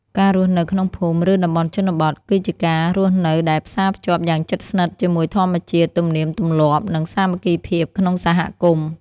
ការរស់នៅក្នុងភូមិ ឬតំបន់ជនបទ គឺជាការរស់នៅដែលផ្សារភ្ជាប់យ៉ាងជិតស្និទ្ធជាមួយធម្មជាតិ ទំនៀមទម្លាប់ និងសាមគ្គីភាពក្នុងសហគមន៍។